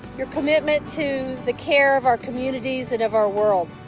your commitment to the care of our communities and of our world.